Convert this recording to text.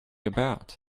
about